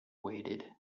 waited